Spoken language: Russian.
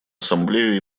ассамблею